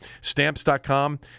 Stamps.com